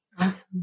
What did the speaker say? Awesome